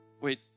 Wait